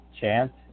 chance